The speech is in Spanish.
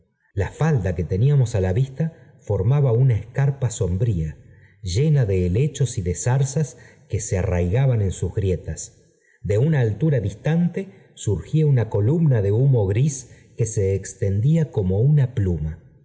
la falml que teníamos á la vista formaba una escarpa ifronbría llena de helécho y de zarzas que se g arraigaban en sus grietas de una altura distante surgía una columna de humo gris que se extendía como una pluma p